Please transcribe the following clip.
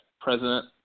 president